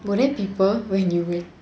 were there people when you